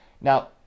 now